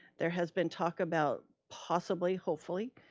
there has been talked about possibly, hopefully,